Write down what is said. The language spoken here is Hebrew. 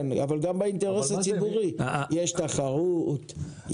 אבל גם באינטרס הציבורי יש תחרות,